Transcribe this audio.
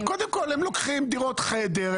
הם לוקחים דירות חדר.